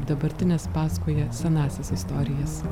dabartinės pasakoja senąsias istorijas